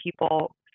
people